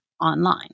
online